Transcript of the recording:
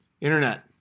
internet